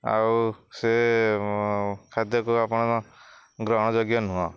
ଆଉ ସେ ଖାଦ୍ୟକୁ ଆପଣ ଗ୍ରହଣ ଯୋଗ୍ୟ ନୁହଁ